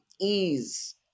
ease